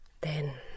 Then